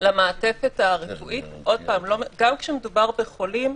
למעטפת הרפואית שוב, גם כשמדובר בחולים,